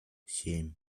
семь